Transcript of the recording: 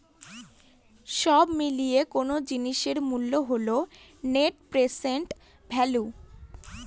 সব মিলিয়ে কোনো জিনিসের মূল্য হল নেট প্রেসেন্ট ভ্যালু